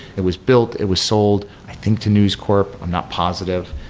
it was built. it was sold i think to news corp. i'm not positive.